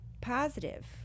positive